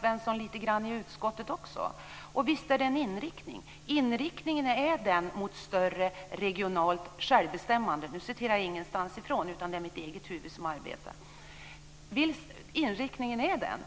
Svensson! Vi har också i utskottet haft en liten diskussion om inriktningsbeslut. Visst är det fråga om en inriktning mot större regionalt självbestämmande. Nu citerar jag inte utan använder mina egna ord. Inriktningen är den.